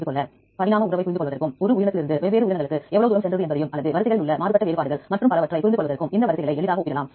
பின்னர் புரோடியோம்களில் உங்களால் புரோட்டீன்கள் அதுவும் வெளிப்பாட்டு புரோட்டீன்களை மட்டும் பெற முடியும்